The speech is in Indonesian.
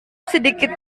sedikit